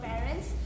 Parents